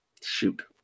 shoot